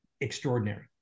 extraordinary